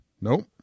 Nope